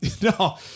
no